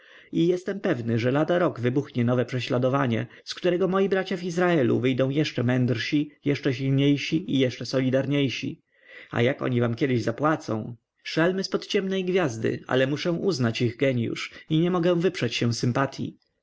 i jestem pewny że lada rok wybuchnie nowe prześladowanie z którego moi bracia w izraelu wyjdą jeszcze mędrsi jeszcze silniejsi i jeszcze solidarniejsi a jak oni wam kiedyś zapłacą szelmy zpod ciemnej gwiazdy ale muszę uznać ich geniusz i nie mogę wyprzeć się sympatyi